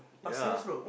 ya